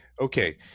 Okay